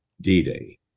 D-Day